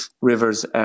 rivers